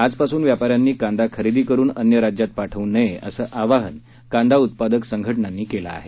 आजपासून व्यापाऱ्यांनी कांदा खरेदी करुन अन्य राज्यात पाठवू नये असं आवाहन कांदा उत्पादक संघटनांनी केलं आहे